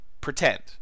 pretend